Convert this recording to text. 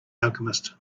alchemist